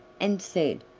and said,